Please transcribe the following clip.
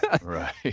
right